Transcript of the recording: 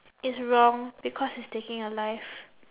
it's wrong because it's taking a life